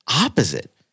opposite